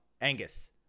Angus